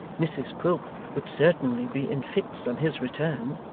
mrs quilp would certainly be in fits on his return.